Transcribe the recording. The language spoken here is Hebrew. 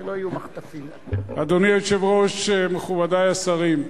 אדוני היושב-ראש, מכובדי השרים,